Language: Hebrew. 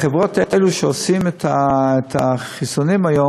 החברות האלה, שעושות את החיסונים היום